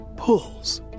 Pulls